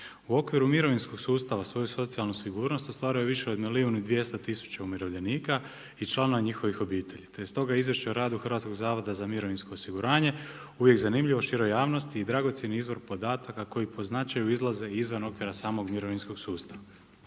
U okviru mirovinskog sustava, svoju socijalnu sigurnost ostvaruje više od milijun i 200 tisuća umirovljenika i članova njihove obitelji, te je stoga izvješće o radu Hrvatskog zavoda za mirovinsko osiguranje uvijek zanimljivo široj javnosti i dragocjeni izvor podataka koji po značaju izlaze izvan okvira samog mirovinskog sustava.